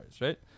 right